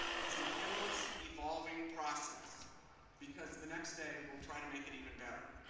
it's an endless, evolving process because the next day we'll try to make it even better.